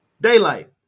Daylight